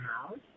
house